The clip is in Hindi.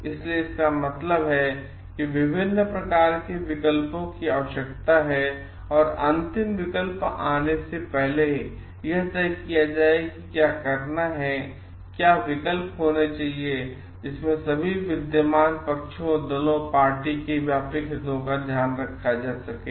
और इसलिए इसका मतलब है कि विभिन्न प्रकार के विकल्पों की आवश्यकता है और अंतिम विकल्प आने से पहले यह तय किया जाए कि क्या करना है और क्या विकल्प होने चाहिए जिसमें सभी विद्यमान पक्षोंदलों पार्टी के व्यापक हितोँ का ध्यान रखा जा सके